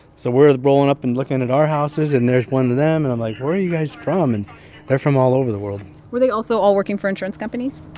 so we're rolling up and looking at our houses, and there's one them. and i'm like, where are you guys from? and they're from all over the world were they also all working for insurance companies?